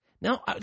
Now